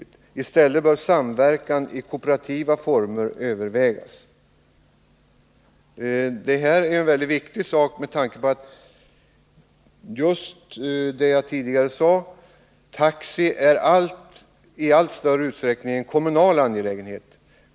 Länsstyrelsen skriver: ”I stället bör samverkan i kooperativa former övervägas.” Detta är en mycket viktig sak med tanke på det jag tidigare sade om att taxi i allt större utsträckning blivit en kommunal angelägenhet.